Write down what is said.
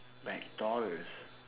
McDonalds